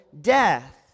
death